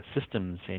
systems